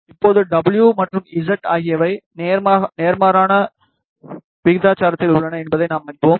இப்போது டபுள்யூ மற்றும் இசட் ஆகியவை நேர்மாறான விகிதாசாரத்தில் உள்ளன என்பதை நாம் அறிவோம்